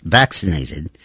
vaccinated